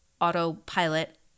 autopilot